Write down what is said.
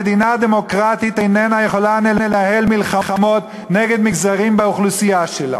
מדינה דמוקרטית איננה יכולה לנהל מלחמות נגד מגזרים באוכלוסייה שלה.